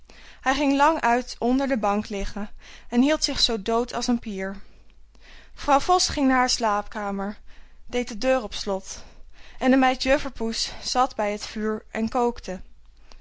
hij ging lang uit onder de bank liggen en hield zich zoo dood als een pier vrouw vos ging naar haar slaapkamer deed de deur op slot en de meid juffer poes zat bij het vuur en kookte